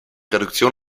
reduktion